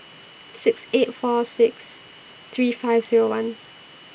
six eight four six three five Zero one